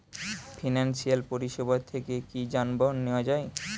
Financial পরিসেবা থেকে কি যানবাহন নেওয়া যায়?